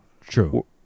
true